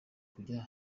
kujya